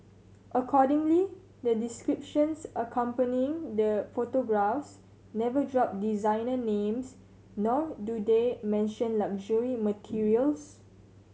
accordingly the descriptions accompanying the photographs never drop designer names nor do they mention luxury materials